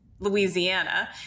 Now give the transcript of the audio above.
Louisiana